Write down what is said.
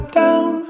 down